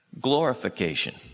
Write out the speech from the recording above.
glorification